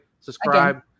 subscribe